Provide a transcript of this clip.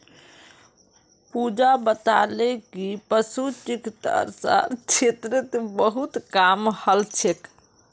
पूजा बताले कि पशु चिकित्सार क्षेत्रत बहुत काम हल छेक